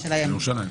ירושלים.